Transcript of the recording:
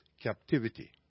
captivity